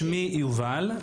שמי יובל,